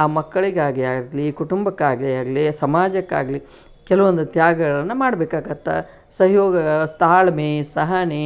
ಆ ಮಕ್ಕಳಿಗಾಗಿ ಆಗಲಿ ಕುಟುಂಬಕ್ಕಾಗಿ ಆಗಲಿ ಸಮಾಜಕ್ಕಾಗಲಿ ಕೆಲವೊಂದು ತ್ಯಾಗಗಳನ್ನು ಮಾಡ್ಬೇಕಾಗತ್ತೆ ಸಹಯೋಗ ತಾಳ್ಮೆ ಸಹನೆ